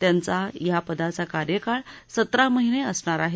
त्यांचा या पदाचा कार्यकाळ सतरा महिने असणार आहे